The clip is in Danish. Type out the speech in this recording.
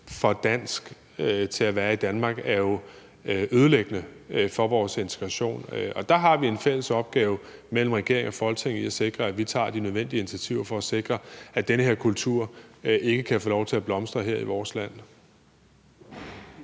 for dansk til at være i Danmark, er jo ødelæggende for vores integration. Og der har vi, regeringen og Folketinget, en fælles opgave i at sikre, at vi tager de nødvendige initiativer for at sikre, at den her kultur ikke kan få lov til at blomstre her i vores land.